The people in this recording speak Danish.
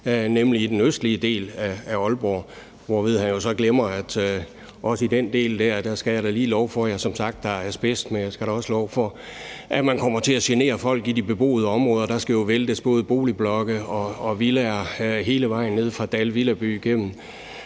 jeg da lige love for, som sagt, at der er asbest, men jeg skal da også love for, at man kommer til at genere folk i de beboede områder. Der skal væltes både boligblokke og villaer hele vejen nede fra Dall Villaby, gennem